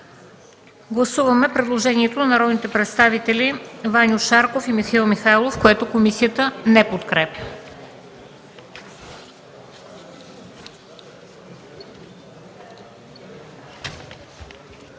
Гласуваме предложението на народните представители Ваньо Шарков и Михаил Михайлов, което комисията не подкрепя.